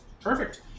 Perfect